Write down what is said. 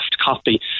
copy